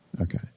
Okay